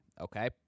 Okay